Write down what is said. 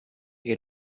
che